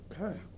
Okay